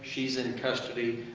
she's in custody.